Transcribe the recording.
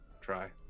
try